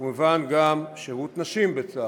וכמובן גם שירות נשים בצה"ל,